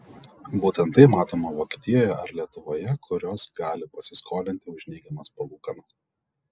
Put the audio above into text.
būtent tai matoma vokietijoje ar lietuvoje kurios gali pasiskolinti už neigiamas palūkanas